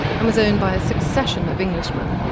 and was owned by a succession of englishmen,